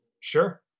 Sure